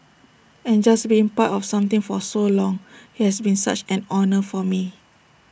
and just being part of something for so long IT has been such an honour for me